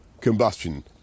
combustion